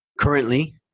currently